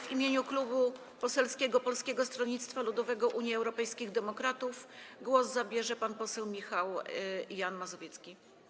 W imieniu Klubu Poselskiego Polskiego Stronnictwa Ludowego - Unii Europejskich Demokratów głos zabierze pan poseł Michał Jan Mazowiecki.